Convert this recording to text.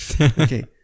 Okay